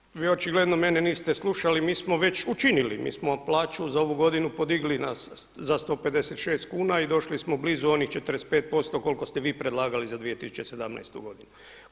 Kolega Đujić vi očigledno mene niste slušali, mi smo već učinili, mi smo plaću za ovu godinu podigli za 156 kuna i došli smo blizu onih 45% koliko ste vi predlagali za 2017. godinu.